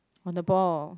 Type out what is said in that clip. on the ball